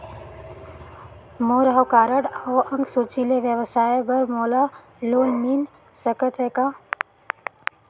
मोर हव कारड अउ अंक सूची ले व्यवसाय बर मोला लोन मिल सकत हे का?